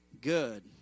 good